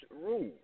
rule